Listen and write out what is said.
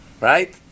Right